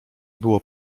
było